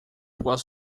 was